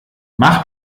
mach